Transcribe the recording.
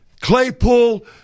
Claypool